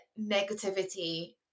negativity